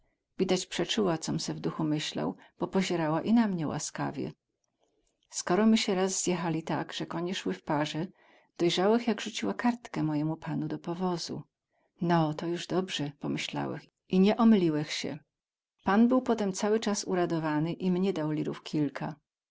com se w duchu myślał bo pozierała i na mnie łaskawe skóro my sie raz zjechali tak ze konie sły w parze dojrzałech jak rzuciła kartkę mojemu panu do powozu no to juz dobrze pomyślałech i nie omyliłech sie pan był potem cały cas uradowany i mnie dał lirów kilka